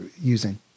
using